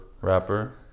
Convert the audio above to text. Rapper